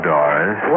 Doris